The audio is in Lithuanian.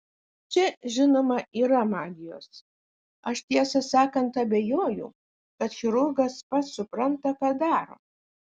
čia žinoma yra magijos aš tiesą sakant abejoju kad chirurgas pats supranta ką daro